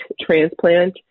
transplant